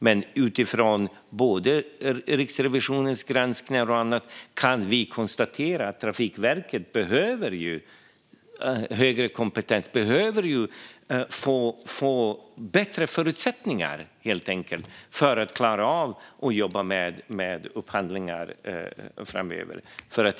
Men utifrån Riksrevisionens granskningar och annat kan vi konstatera att Trafikverket behöver bättre kompetens. Man behöver helt enkelt få bättre förutsättningar för att klara av att jobba med upphandlingar framöver.